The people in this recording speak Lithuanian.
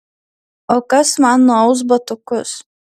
o kas man nuaus batukus